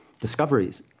discoveries